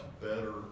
better